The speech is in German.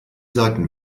seiten